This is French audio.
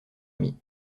amie